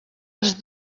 els